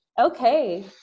Okay